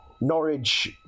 Norwich